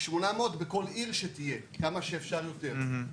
800 בכל עיר שתהיה, כמה שאפשר יותר.